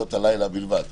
בשעות הלילה בלבד?